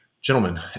Gentlemen